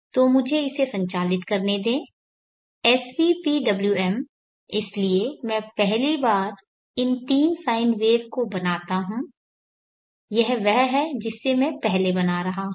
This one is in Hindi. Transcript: तो मुझे इसे संचालित करने दे svpwm इसलिए मैं पहली बार इन तीन साइन वेव को बनाता करता हूं यह वह है जिसे मैं पहले बना रहा हूं